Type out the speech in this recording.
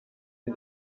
den